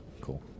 cool